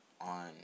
on